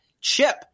chip